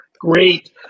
Great